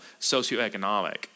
socioeconomic